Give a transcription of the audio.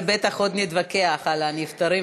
ובטח עוד נתווכח על הנפטרים,